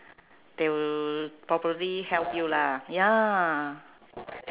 they will probably help you lah ya lah